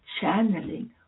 channeling